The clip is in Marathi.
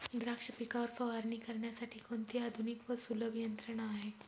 द्राक्ष पिकावर फवारणी करण्यासाठी कोणती आधुनिक व सुलभ यंत्रणा आहे?